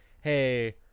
hey